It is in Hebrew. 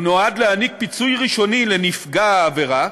הוא נועד להעניק פיצוי ראשוני לנפגע עבירה,